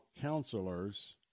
counselors